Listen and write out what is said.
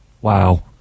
wow